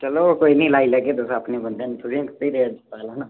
चलो कोई निं लाई लैह्गे तुस अपने बंदे न तुसें ई थोह्ड़ी रेट मता लाना